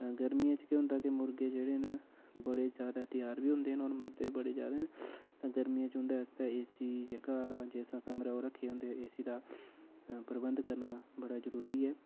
गर्मियें च केह् होंदा कि मुर्गे जेह्ड़े न बड़े ज्यादा त्यार बी होंदे न होर मरदे बी बड़े ज्यादा न तां गर्मियें च उं'दे आस्तै एसी जेह्का तां जिस कमरा ओह् रक्खे दे होंदे तां एसी दा प्रबंध करना बड़ा जरूरी ऐ